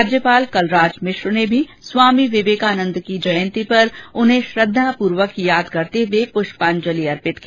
राज्यपाल कलराज मिश्र ने भी स्वामी विवेकानंद की जयंती पर उन्हें श्रद्वापूर्वक याद करते हुए पृष्पांजलि अर्पित की